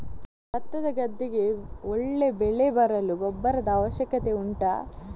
ಭತ್ತದ ಗದ್ದೆಗೆ ಒಳ್ಳೆ ಬೆಳೆ ಬರಲು ಗೊಬ್ಬರದ ಅವಶ್ಯಕತೆ ಉಂಟಾ